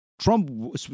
Trump